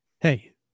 Hey